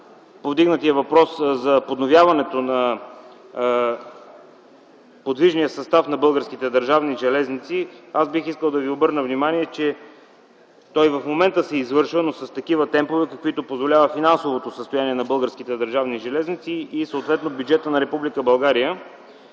повдигнатия въпрос за подновяването на подвижния състав на Българските държавни железници, аз бих искал да ви обърна внимание, че то и в момента се извършва, но с такива темпове, каквито позволява финансовото състояние на Българските държавни железници и съответно бюджетът на